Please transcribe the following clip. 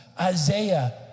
Isaiah